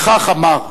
וכך אמר: